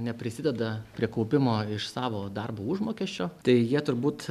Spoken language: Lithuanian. neprisideda prie kaupimo iš savo darbo užmokesčio tai jie turbūt